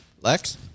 Lex